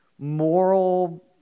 moral